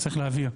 צריך להבהיר,